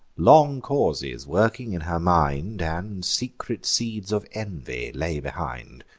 long causes working in her mind, and secret seeds of envy, lay behind